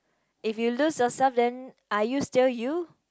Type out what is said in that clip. if you lose yourself then are you still you